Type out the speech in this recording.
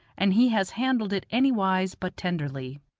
and he has handled it anywise but tenderly.